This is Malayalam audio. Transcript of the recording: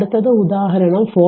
അടുത്തത് ഉദാഹരണം 4